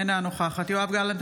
אינה נוכחת יואב גלנט,